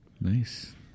Nice